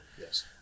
Yes